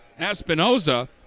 Espinoza